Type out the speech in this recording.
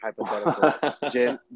Hypothetical